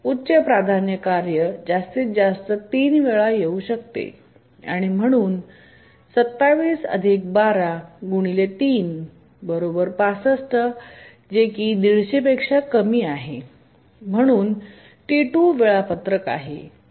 उच्च प्राधान्य कार्य जास्तीत जास्त 3 वेळा येऊ शकते आणि म्हणून 27 12 ∗ 3 65 150 एमएस आणि म्हणून T2 वेळापत्रक आहे